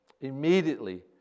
Immediately